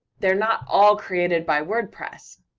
they're not all created by wordpress,